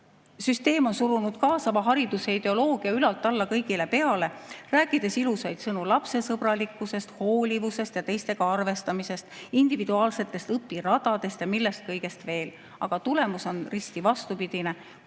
Süsteem on surunud kaasava hariduse ideoloogia ülalt alla kõigile peale, rääkides ilusaid sõnu lapsesõbralikkusest, hoolivusest ja teistega arvestamisest, individuaalsetest õpiradadest ja millest kõigest veel. Aga tulemus on risti vastupidine: